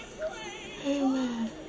Amen